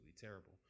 terrible